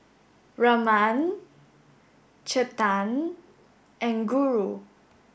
Raman Chetan and Guru